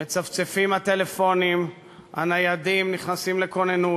מצפצפים הטלפונים הניידים, נכנסים לכוננות,